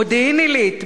מודיעין-עילית,